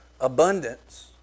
abundance